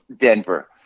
Denver